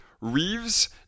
reeves